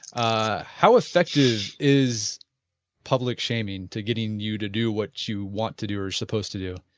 ah how effective is public shaming to getting you to do what you want to do or supposed to do?